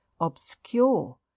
obscure